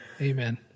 Amen